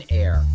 air